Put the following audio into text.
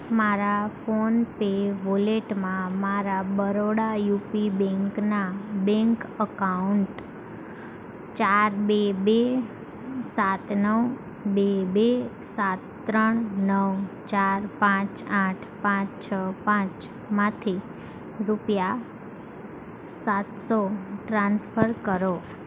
મારા ફોનપે વોલેટમાં મારા બરોડા યુપી બેન્કના બેન્ક અકાઉન્ટ ચાર બે બે સાત નવ બે બે સાત ત્રણ નવ ચાર પાંચ આઠ પાંચ છ પાંચ માંથી રૂપિયા સાતસો ટ્રાન્સફર કરો